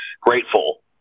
grateful